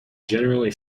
generally